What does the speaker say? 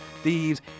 thieves